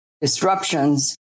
disruptions